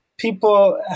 People